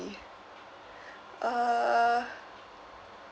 err